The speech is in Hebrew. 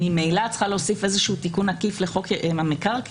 ממילא את צריכה להוסיף תיקון עקיף לחוק המקרקעין,